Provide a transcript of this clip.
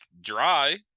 dry